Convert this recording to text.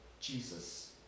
Jesus